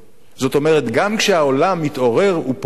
זאת אומרת, גם כשהעולם מתעורר ופועל,